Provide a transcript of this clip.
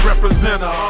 Representer